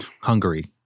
Hungary